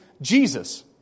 Jesus